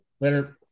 Later